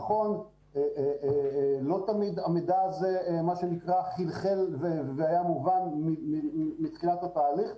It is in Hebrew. נכון שלא תמיד המידע הזה חלחל והיה מובן מתחילת התהליך,